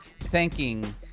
thanking